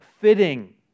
fitting